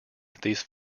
these